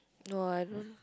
no I don't